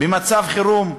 במצב חירום: